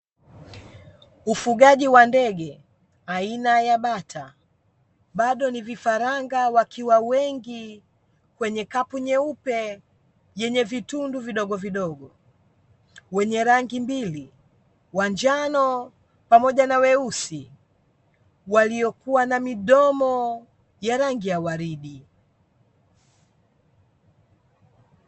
Ufugaji wa ndege aina ya bata bado ni vifaranga wakiwa wengi kwenye kapu nyeupe yenye vitundu vidogovidogo, wenye rangi mbili wa njano pamoja na weusi waliokuwa na midomo ya rangi ya waridi.